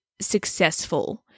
successful